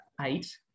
eight